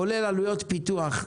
כולל עלויות פיתוח,